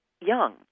young